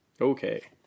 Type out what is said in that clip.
Okay